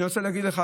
אני רוצה להגיד לך,